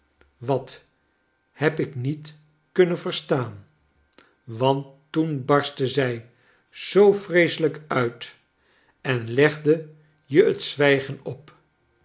wat heb ik niet kunnen verstaan want toen barstte zij zoo vreeselijk uit en legde je het zwijgen op